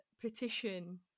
petition